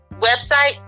website